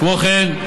כמו כן,